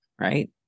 right